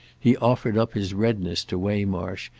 he offered up his redness to waymarsh,